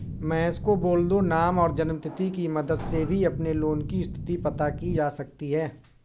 महेश को बोल दो नाम और जन्म तिथि की मदद से भी अपने लोन की स्थति पता की जा सकती है